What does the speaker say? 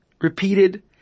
repeated